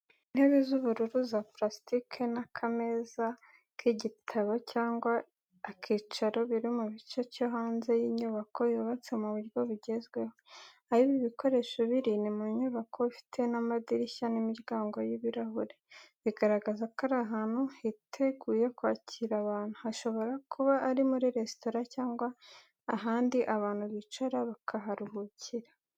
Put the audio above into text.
Intebe z’ubururu za parasitike n’akameza k’igitabo cyangwa akicaro, biri mu gice cyo hanze y’inyubako yubatse mu buryo bugezweho. Aho ibi bikoresho biri ni mu nyubako ifite amadirishya n’imiryango y'ibirahuri, bigaragaza ko ari ahantu hiteguye kwakira abantu, hashobora kuba ari muri restaurant cyangwa ahandi abantu bicara bakaruhukira.